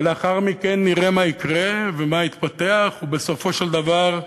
ולאחר מכן נראה מה יקרה ומה יתפתח, ובסופו של דבר,